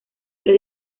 tres